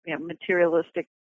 materialistic